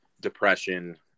depression